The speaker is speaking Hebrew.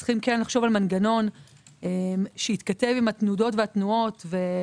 צריך לחשוב על מנגנון שיתכתב עם התנודות והתנועות בשוק